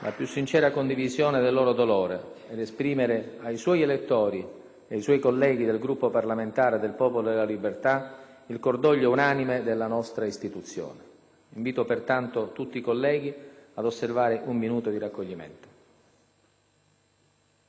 più sincera condivisione del loro dolore, ed esprimere ai suoi elettori e ai colleghi del Gruppo parlamentare del Popolo della Libertà il cordoglio unanime della nostra Istituzione. Invito pertanto tutti colleghi ad osservare un minuto di raccoglimento.